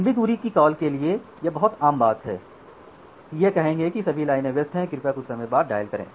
लंबी दूरी की कॉल के लिए यह बहुत आम है कि यह कहेंगे कि सभी लाइनें व्यस्त हैं कृपया कुछ समय बाद डायल करें